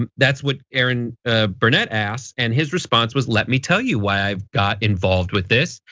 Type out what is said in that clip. um that's what erin burnett asked, and his response was, let me tell you why i've got involved with this.